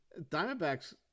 Diamondbacks